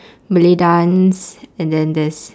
malay dance and then there's